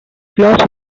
class